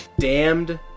damned